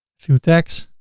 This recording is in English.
few tags.